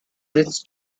bridge